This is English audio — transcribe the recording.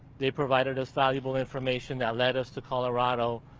they provided us valuable information that led us to colorado.